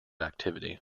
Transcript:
activity